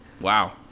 Wow